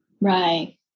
Right